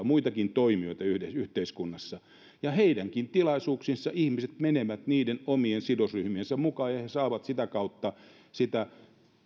muitakin toimijoita yhteiskunnassa ja heidänkin tilaisuuksiinsa ihmiset menevät niiden omien sidosryhmiensä mukaan ja saavat sitä kautta sitä